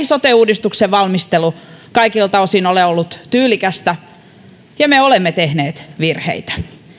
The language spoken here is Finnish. sote uudistuksen valmistelu ei kaikilta osin ole ollut tyylikästä ja me olemme tehneet virheitä